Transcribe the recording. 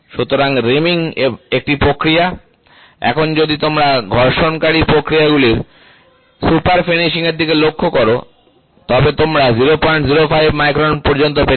সুতরাং রিমিং একটি প্রক্রিয়া এখন যদি তোমরা ঘর্ষণকারী প্রক্রিয়াগুলি সুপার ফিনিশিংয়ের দিকে লক্ষ্য কর তবে তোমরা 005 মাইক্রন পর্যন্ত যেতে পার